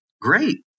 Great